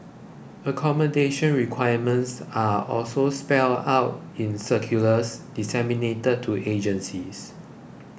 accommodation requirements are also spelt out in circulars disseminated to agencies